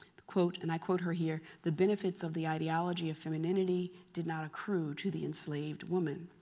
quote and i quote her here, the benefits of the ideology of femininity did not accrue to the enslaved woman.